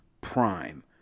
Prime